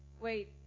Wait